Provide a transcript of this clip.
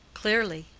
clearly.